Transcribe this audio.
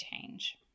change